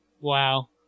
Wow